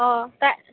অঁ তাই